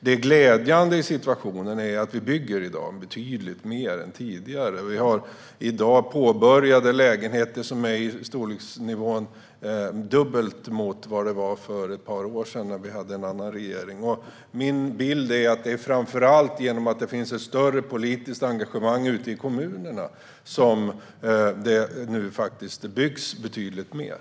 Det glädjande i situationen är att vi i dag bygger betydligt mer än tidigare och har i storleksordningen dubbelt så många påbörjade lägenheter som för ett par år sedan, när vi hade en annan regering. Min bild är att det framför allt är genom att det finns ett större politiskt engagemang ute i kommunerna som det nu byggs betydligt mer.